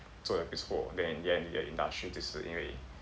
做错 then in the end 你的 industry 就是因为